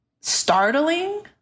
startling